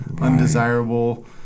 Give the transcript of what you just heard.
undesirable